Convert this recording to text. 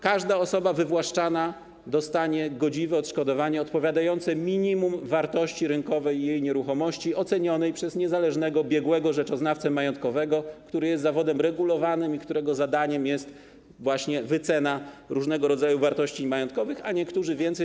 Każda osoba wywłaszczana dostanie godziwe odszkodowanie, odpowiadające minimum wartości rynkowej jej nieruchomości ocenionej przez niezależnego biegłego rzeczoznawcę majątkowego - jest to zawód regulowany, którego zadaniem jest właśnie wycena różnego rodzaju wartości majątkowych - a niektórzy dostaną więcej.